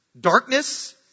darkness